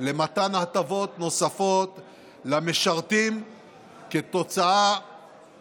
למתן הטבות נוספות למשרתים בשל